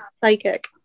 Psychic